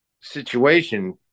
situation